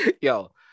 yo